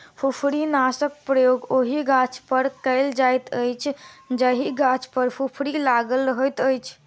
फुफरीनाशकक प्रयोग ओहि गाछपर कयल जाइत अछि जाहि गाछ पर फुफरी लागल रहैत अछि